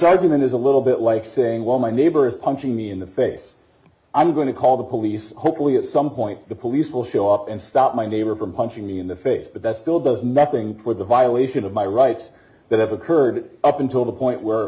argument is a little bit like saying well my neighbor is punching me in the face i'm going to call the police hopefully at some point the police will show up and stop my neighbor from punching me in the face but that still does nothing for the violation of my rights that have occurred up until the point we're